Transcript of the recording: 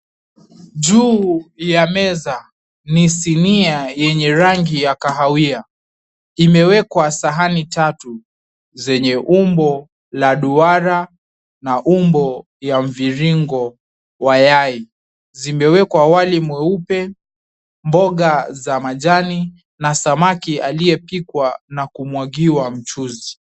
Juu ya meza, ni sinia yenye rangi ya kahawia. Imewekwa sahani tatu zenye umbo la duara na umbo ya mviringo wa yai. Zimewekwa wali mweupe, mboga za majani, na samaki aliyepikwa na kumwagiwa mchuzi.